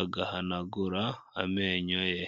agahanagura amenyo ye.